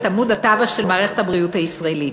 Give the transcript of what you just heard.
עמוד התווך של מערכת הבריאות הישראלית.